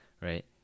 right